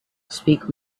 speak